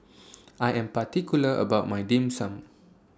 I Am particular about My Dim Sum